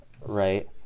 Right